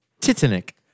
Titanic